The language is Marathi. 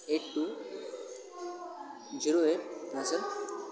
एट टू झिरो एट हां सर